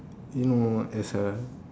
you know as a